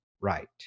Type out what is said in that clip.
right